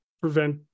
prevent